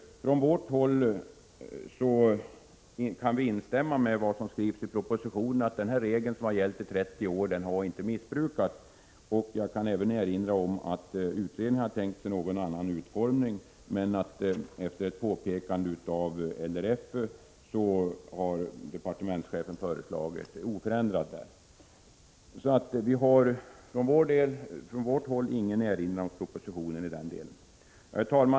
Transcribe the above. Från vårt håll kan vi instämma i vad som skrivs i propositionen, att denna regel, som har gällt i 30 år, inte har missbrukats. Jag kan även erinra om att utredningen har tänkt sig en något annorlunda utformning, men efter påpekande från LRF har departementschefen föreslagit oförändrad lydelse. För vår del har vi ingen erinran mot propositionen i den delen.